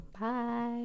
Bye